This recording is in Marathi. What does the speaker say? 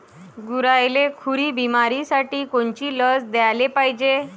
गुरांइले खुरी बिमारीसाठी कोनची लस द्याले पायजे?